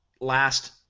last